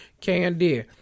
Candy